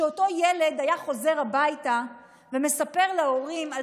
ושאותו ילד היה חוזר הביתה ומספר להורים על